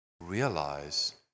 realize